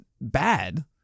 bad